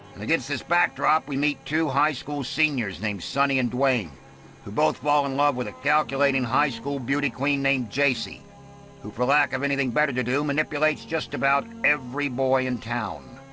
and against this backdrop, we meet two high school seniors named sonny and duane who both fall in love with a calculating high school beauty queen named jacy who, for lack of anything better to do, manipulates just about every boy in town.